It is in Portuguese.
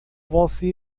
você